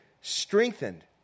strengthened